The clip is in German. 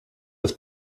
des